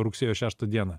rugsėjo šeštą dieną